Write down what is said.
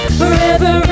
forever